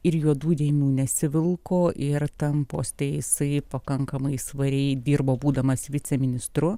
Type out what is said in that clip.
ir juodų dėmių nesivilko ir tampos tai jisai pakankamai svariai dirbo būdamas viceministru